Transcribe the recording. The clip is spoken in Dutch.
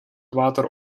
water